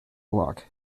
luck